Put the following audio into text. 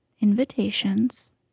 invitations